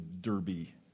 Derby